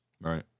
Right